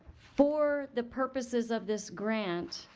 for the purposes of this grant,